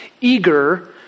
eager